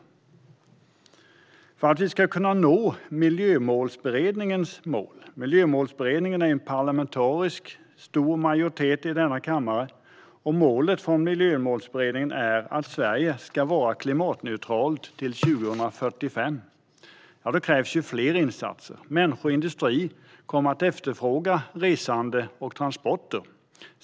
För att vi ska kunna nå målet i Miljömålsberedningen, som utgörs av en stor parlamentarisk majoritet i denna kammare, att Sverige ska vara klimatneutralt till 2045 krävs fler insatser. Människor och industri kommer att efterfråga resande och transporter.